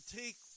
take